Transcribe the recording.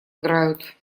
играют